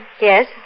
Yes